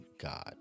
God